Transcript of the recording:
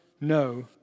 no